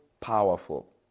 powerful